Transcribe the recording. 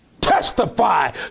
Testify